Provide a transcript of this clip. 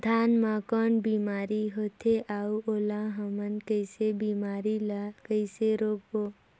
धान मा कौन बीमारी होथे अउ ओला हमन कइसे बीमारी ला कइसे रोकबो?